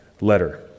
letter